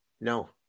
no